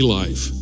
life